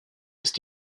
ist